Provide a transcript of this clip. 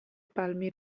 palmi